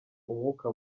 umwuka